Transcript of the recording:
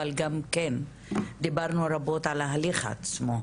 אבל גם כן דיברנו רבות על ההליך עצמו,